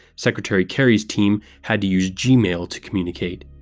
secretary kerry's team had to use gmail to communicate.